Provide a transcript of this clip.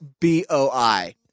B-O-I